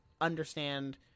understand